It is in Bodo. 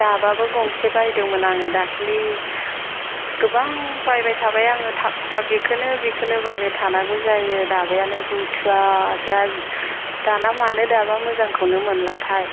दाबाबो गंसे बायदोंमोन आङो दाखालि गोबां बायबाय थाबाय आङो थाब थाब बेखौनो बिखौनो बायबाय थानांगौ जायो दाबायानो बुथुवासो आजि दाना मानो दाबा मोजांखौनो मोनलाथाय